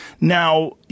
Now